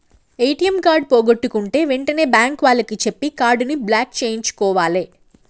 ATM card పోగొట్టుకుంటే వెంటనే bank వాళ్లకి చెప్పి కార్డుని బ్లాక్ చేయించుకోవాలే